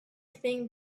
think